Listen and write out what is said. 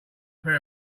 pair